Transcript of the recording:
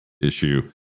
issue